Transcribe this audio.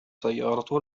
سيارته